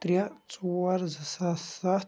ترٛےٚ ژور زٕ ساس ستھ